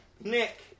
Nick